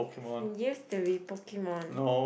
it used to be Pokemon